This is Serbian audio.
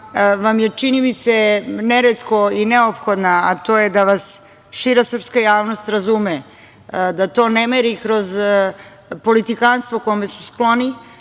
vam je, čini mi se, neretko i neophodna, a to je da vas šira srpska javnost razume, da to ne meri kroz politikanstvo kome su skloni,